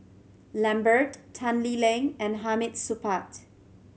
Lambert Tan Lee Leng and Hamid Supaat